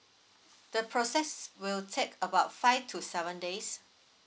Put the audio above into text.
the process will take about five to seven days